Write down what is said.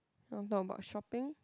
want talk about shopping